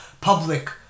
public